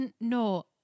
no